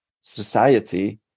society